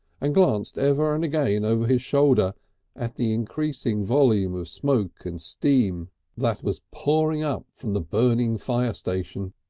and glanced ever and again over his shoulder at the increasing volume of smoke and steam that was pouring up from the burning fire station.